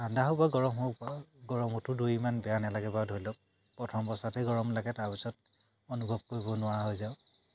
ঠাণ্ডা হওক বা গৰম হওক বা গৰমতো দৌৰি ইমান বেয়া নালাগে বাৰু ধৰি লওক প্ৰথম অৱস্থাতে গৰম লাগে তাৰপিছত অনুভৱ কৰিব নোৱাৰা হৈ যাওঁ